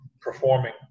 performing